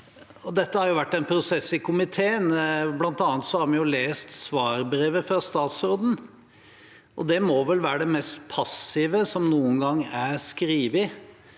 Dette har jo vært en prosess i komiteen. Blant annet har vi lest svarbrevet fra statsråden, og det må vel være det mest passive som noen gang er skrevet,